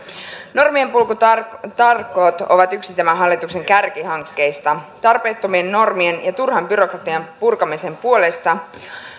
normienpurkutalkoot ovat yksi tämän hallituksen kärkihankkeista tarpeettomien normien ja turhan byrokratian purkamisen puolesta